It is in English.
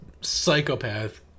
psychopath